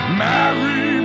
marry